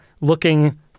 looking